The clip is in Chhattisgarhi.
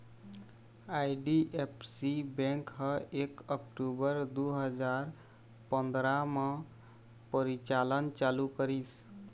आई.डी.एफ.सी बेंक ह एक अक्टूबर दू हजार पंदरा म परिचालन चालू करिस